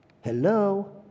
Hello